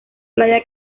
playa